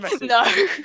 No